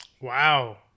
Wow